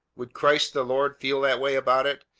would christ the lord feel that way about it?